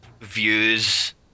views